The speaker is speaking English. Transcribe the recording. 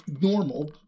normal